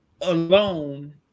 alone